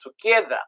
together